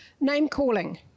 name-calling